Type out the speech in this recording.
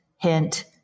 Hint